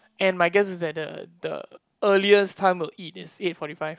and my guess is that the the earliest we'll eat is eight forty five